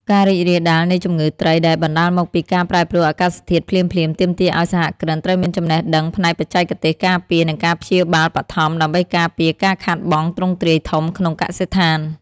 ការរីករាលដាលនៃជំងឺត្រីដែលបណ្ដាលមកពីការប្រែប្រួលអាកាសធាតុភ្លាមៗ ទាមទារឱ្យសហគ្រិនត្រូវមានចំណេះដឹងផ្នែកបច្ចេកទេសការពារ និងការព្យាបាលបឋម ដើម្បីការពារការខាតបង់ទ្រង់ទ្រាយធំក្នុងកសិដ្ឋាន។